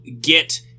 get